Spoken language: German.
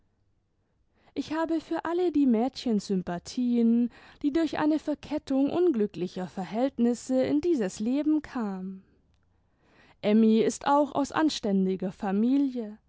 ich habe für alle die mädchen sympathien die durch eine verkettung unglücklicher verhältnisse in dieses leben kamen emmy ist auch aus anständiger familie